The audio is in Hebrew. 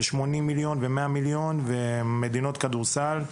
80 מיליון ו-100 מיליון ומדינות כדורסל.